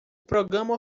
programa